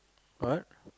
what